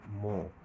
more